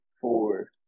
four